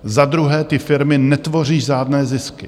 Za druhé, ty firmy netvoří žádné zisky.